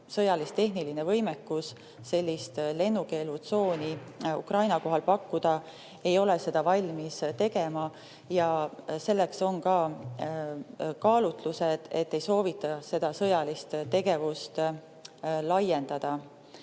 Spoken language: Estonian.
sõjalistehniline võimekus sellist lennukeelutsooni Ukraina kohal pakkuda, ei ole seda valmis tegema. Selleks on ka kaalutlused, [miks] ei soovita sõjalist tegevust laiendada.